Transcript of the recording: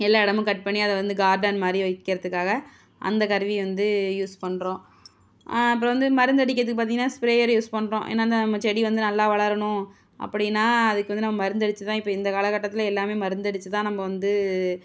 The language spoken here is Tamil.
எல்லா இடமும் கட் பண்ணி அதை வந்து கார்டன் மாதிரி வைக்கிறதுக்காக அந்த கருவியை வந்து யூஸ் பண்ணுறோம் அப்புறம் வந்து மருந்தடிக்கிறதுக்கு பார்த்திங்கனா ஸ்ப்ரேயர் யூஸ் பண்ணுறோம் ஏன்னால் அந்த நம்ம செடி வந்து நல்லா வளரணும் அப்படின்னா அதுக்கு வந்து நம்ப மருந்தடிச்சி தான் இப்போ இந்த காலகட்டத்தில் எல்லாமே மருந்தடிச்சி தான் நம்ப வந்து